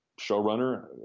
showrunner